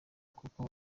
koko